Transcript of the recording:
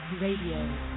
Radio